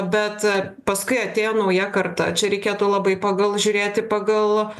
bet paskui atėjo nauja karta čia reikėtų labai pagal žiūrėti pagal